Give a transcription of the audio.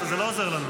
זה לא עוזר לנו.